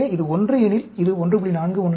எனவே இது 1 எனில் இது 1